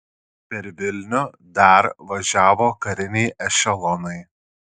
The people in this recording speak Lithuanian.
per vilnių dar važiavo kariniai ešelonai